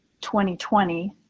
2020